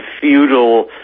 feudal